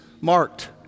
marked